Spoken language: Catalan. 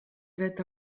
dret